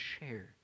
share